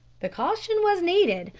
the caution was needed,